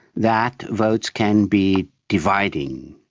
that votes can be dividing.